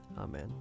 Amen